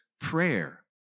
prayer